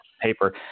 paper